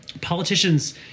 politicians